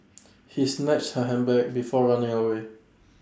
he snatched her handbag before running away